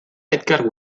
edgar